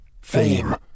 fame